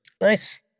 Nice